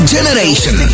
Generation